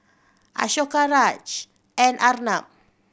Ashoka Raj and Arnab